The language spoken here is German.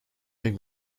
dem